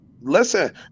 listen